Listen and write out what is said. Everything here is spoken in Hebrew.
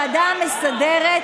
ההסדרים הנוגעים לדרכי פעולתה של ממשלת